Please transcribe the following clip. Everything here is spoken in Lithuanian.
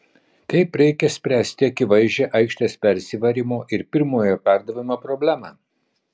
kaip reikia spręsti akivaizdžią aikštės persivarymo ir pirmojo perdavimo problemą